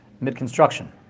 mid-construction